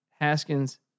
Haskins